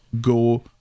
go